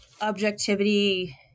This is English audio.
objectivity